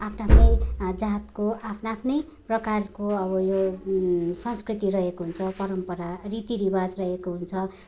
आफ् आफ्नै जातको आफ् आफ्नै प्रकारको अब यो संस्कृति रहेको हुन्छ परम्परा रीति रिवाज रहेको हुन्छ